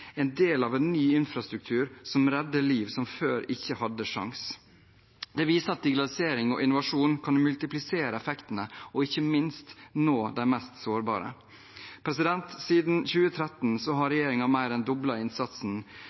en del av en ny infrastruktur som redder liv som før ikke hadde en sjanse. Det viser at digitalisering og innovasjon kan multiplisere effektene og ikke minst nå de mest sårbare. Siden 2013 har regjeringen mer enn doblet innsatsen